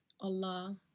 Allah